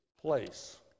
place